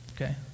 okay